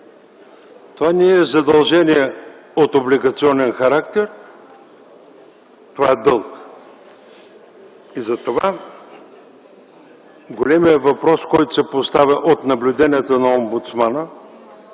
Това не е задължение от облигационен характер, това е дълг. И затова големият въпрос, който се поставя от наблюденията на омбудсмана